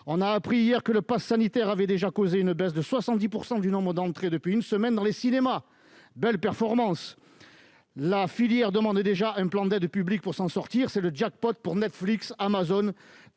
On a appris, hier, que le passe sanitaire avait déjà entraîné une baisse de 70 % du nombre d'entrées depuis une semaine dans les cinémas. Belle performance ! La filière demandait un plan d'aide publique pour s'en sortir ; c'est maintenant le jackpot pour Netflix, Amazon Prime